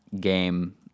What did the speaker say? game